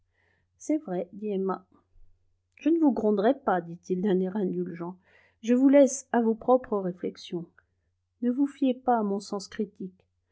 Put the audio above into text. c'est vrai dit emma je ne vous gronderai pas dit-il d'un air indulgent je vous laisse à vos propres réflexions ne vous fiez pas à mon sens critique